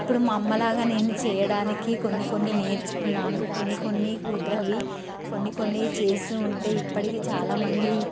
ఇప్పుడు మా అమ్మలాగా నేను చేయడానికి కొన్ని కొన్ని నేర్చుకున్నాను కొన్ని కొన్ని కుదరవి కొన్ని కొన్ని చేస్తూ ఉంటే ఇప్పడికి చాలామంది